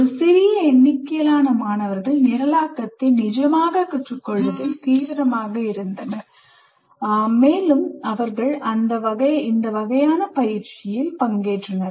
ஒரு சிறிய எண்ணிக்கையிலான மாணவர்கள் நிரலாக்கத்தைக் கற்றுக்கொள்வதில் தீவிரமாக இருந்தனர் மேலும் அவர்கள் இந்த வகையான பயிற்சியில் பங்கேற்றனர்